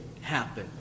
happen